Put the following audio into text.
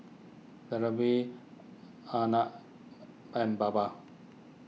Dhirubhai Arnab and Baba